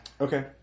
Okay